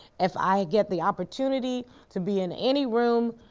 if i get the opportunity to be in any room,